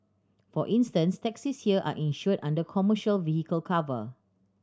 for instance taxis here are insured under commercial vehicle cover